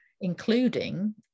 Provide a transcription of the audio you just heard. including